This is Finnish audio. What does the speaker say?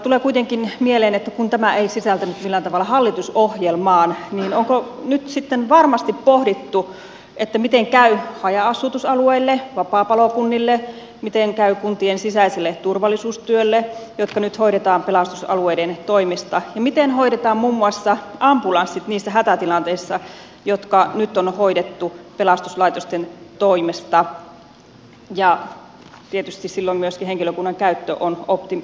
tulee kuitenkin mieleen että kun tämä ei sisältynyt millään tavalla hallitusohjelmaan niin onko nyt sitten varmasti pohdittu miten käy haja asutusalueille vapaapalokunnille miten käy kuntien sisäiselle turvallisuustyölle jotka nyt hoidetaan pelastusalueiden toimesta ja miten hoidetaan muun muassa ambulanssit niissä hätätilanteissa jotka nyt on hoidettu pelastuslaitosten toimesta ja tietysti silloin myöskin henkilökunnan käyttö on opti